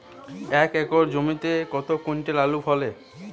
এক একর জমিতে কত কুইন্টাল আলু ফলে?